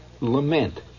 lament